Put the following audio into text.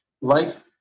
life